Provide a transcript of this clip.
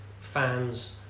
fans